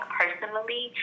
personally